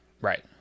Right